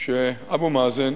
שאבו מאזן